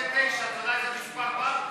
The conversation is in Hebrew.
ההסתייגות (2)